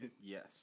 Yes